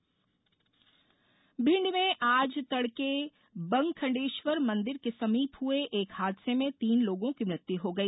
दुर्घटना भिंड में आज तड़के बंखण्डेश्वर मंदिर के समीप हुए एक हादसे में तीन लोगों की मृत्यु हो गई